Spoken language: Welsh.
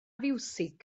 fiwsig